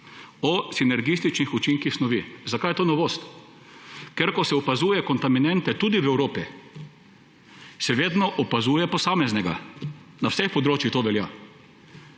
o sinergijskih učinkih snovi. Zakaj je to novost? Ker ko se opazuje kontaminante, tudi v Evropi, se vedno opazuje posameznega – na vseh področjih to velja.